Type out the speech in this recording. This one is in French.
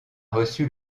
reçu